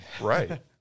Right